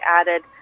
added